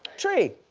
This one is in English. tree.